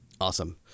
Awesome